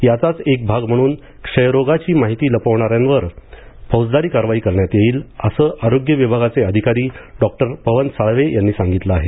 याचाच एक भाग म्हणून क्षयरोगाची माहिती लपवणाऱ्यांवर फौजदारी कारवाई करण्यात येईल असं आरोग्य विभागाचे अधिकारी डॉक्टर पवन साळवे यांनी सांगितलं आहे